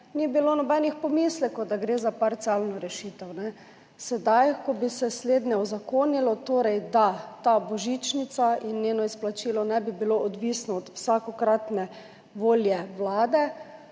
ni bilo nobenih pomislekov, da gre za parcialno rešitev. Sedaj, ko bi se slednje uzakonilo, torej da ta božičnica in njeno izplačilo ne bi bilo odvisno od vsakokratne volje vlade,